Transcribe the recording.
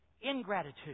ingratitude